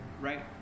right